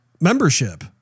membership